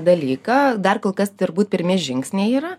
dalyką dar kol kas turbūt pirmi žingsniai yra